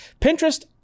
Pinterest